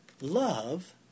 love